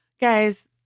Guys